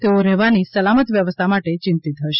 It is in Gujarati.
તેઓ રહેવાની સલામત વ્યવસ્થા માટે ચિંતિત હશે